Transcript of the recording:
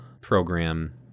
program